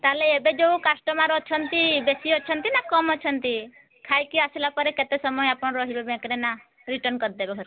ତା'ହେଲେ ଏବେ ଯେଉଁ କଷ୍ଟମର୍ ଅଛନ୍ତି ବେଶୀ ଅଛନ୍ତି ନା କମ ଅଛନ୍ତି ଖାଇକି ଆସିବା ପରେ କେତେ ସମୟ ଆପଣ ରହିବେ ବ୍ୟାଙ୍କ୍ରେ ନା ରିଟର୍ନ କରିଦେବେ ଘରକୁ